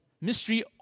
mystery